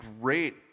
great